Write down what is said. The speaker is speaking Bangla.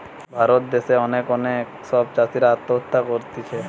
ভারত দ্যাশে অনেক অনেক সব চাষীরা আত্মহত্যা করতিছে